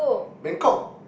Bangkok